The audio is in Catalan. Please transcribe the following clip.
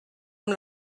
amb